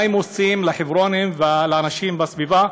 מה הם עושים לחברונים ולאנשים בסביבה,